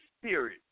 spirit